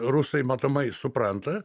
rusai matomai supranta